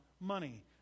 money